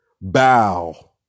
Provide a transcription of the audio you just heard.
bow